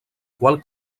qual